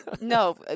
No